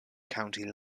county